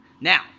Now